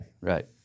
right